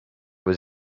was